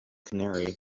canary